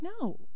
no